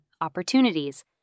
opportunities